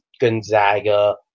Gonzaga